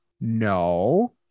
No